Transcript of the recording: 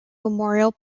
memorial